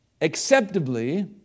acceptably